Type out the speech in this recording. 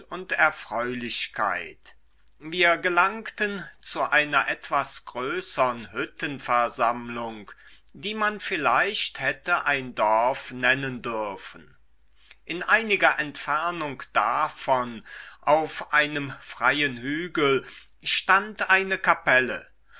und erfreulichkeit wir gelangten zu einer etwas größern hüttenversammlung die man vielleicht hätte ein dorf nennen dürfen in einiger entfernung davon auf einem freien hügel stand eine kapelle